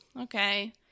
okay